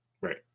Right